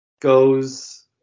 goes